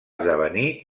esdevenir